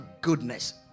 goodness